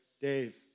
Dave